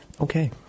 Okay